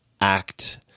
act